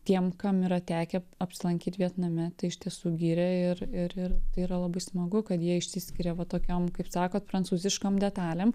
tiem kam yra tekę apsilankyt vietname tai iš tiesų gyrė ir ir ir tai yra labai smagu kad jie išsiskiria va tokiom kaip sakot prancūziškom detalėm